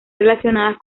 relacionadas